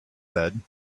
said